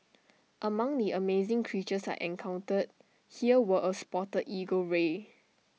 among the amazing creatures I encountered here were A spotted eagle ray